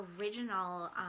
original